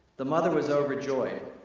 the mother was overjoyed.